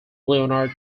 leonard